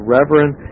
Reverend